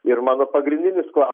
ir mano pagrindinis klau